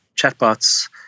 chatbots